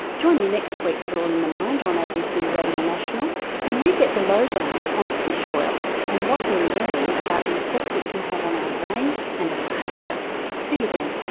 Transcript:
join me next week for all in the mind on abc radio national when we get the low down on fish oil and what we're learning about the affect it can have on our brains and our behaviour. see you then